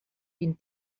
vint